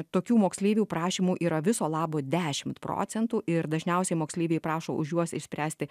tokių moksleivių prašymų yra viso labo dešimt procentų ir dažniausiai moksleiviai prašo už juos išspręsti